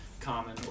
common